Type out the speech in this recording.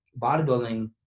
bodybuilding